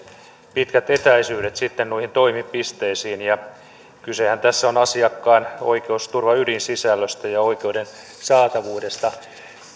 pitkät etäisyydet sitten noihin toimipisteisiin ja kysehän tässä on asiakkaan oikeusturvaydinsisällöstä ja oikeuden saatavuudesta